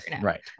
Right